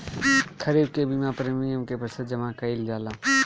खरीफ के बीमा प्रमिएम क प्रतिशत जमा कयील जाला?